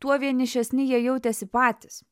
tuo vienišesni jie jautėsi patys